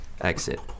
...exit